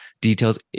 details